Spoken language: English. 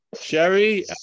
Sherry